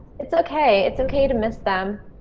it's okay. it's okay to miss them.